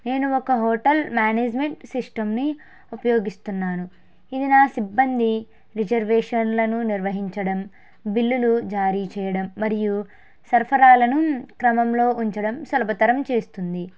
నేను ఒక hotel management సిస్టమ్ని ఉపయోగిస్తున్నాను ఇది నా సిబ్బంది రిజర్వేషన్లను నిర్వహించడం బిల్లులు జారి చేయడం మరియు సరఫరాలను క్రమంలో ఉంచడం సలభతరం చేస్తుంది